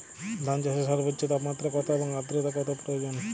ধান চাষে সর্বোচ্চ তাপমাত্রা কত এবং আর্দ্রতা কত প্রয়োজন?